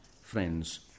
friends